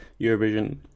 Eurovision